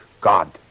God